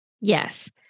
yes